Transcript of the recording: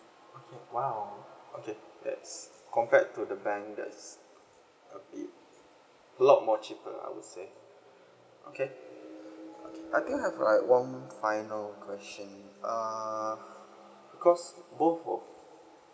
!wow! okay that's compared to the bank that's a bit a lot more cheaper I would say okay I do have like one final question uh because both of